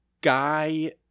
guy